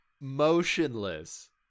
motionless